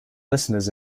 listeners